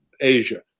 Asia